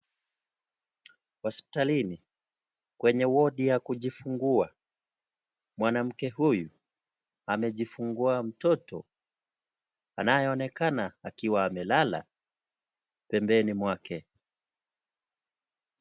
Hospitalini, kwenye wodi ya kujifungua, mwanamke huyu amejifungua mtoto anayeonekana akiwa amelala pembeni mwake.